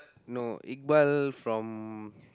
no Iqbal from